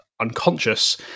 unconscious